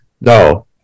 No